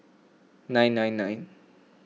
nine nine nine